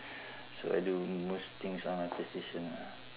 so I do most things on my playstation ah